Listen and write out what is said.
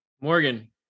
Morgan